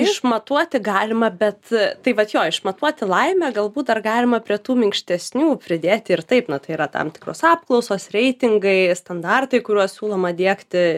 išmatuoti galima bet tai vat jo išmatuoti laimę galbūt dar galima prie tų minkštesnių pridėti ir taip na tai yra tam tikros apklausos reitingai standartai kuriuos siūloma diegti